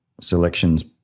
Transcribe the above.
selections